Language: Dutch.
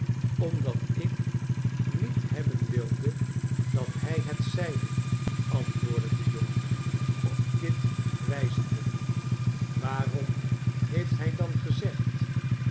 omdat ik niet hebben wilde dat hij het zeide antwoordde de jongen op kit wijzende waarom heeft hij dan gezegd